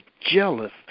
Jealous